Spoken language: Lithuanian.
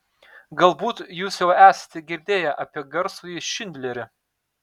galbūt jūs jau esate girdėję apie garsųjį šindlerį